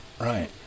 Right